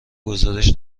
گزارش